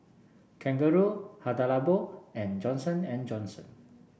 Kangaroo Hada Labo and Johnson And Johnson